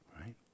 Right